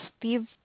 Steve